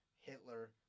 Hitler